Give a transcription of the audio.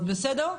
הגיור שלך.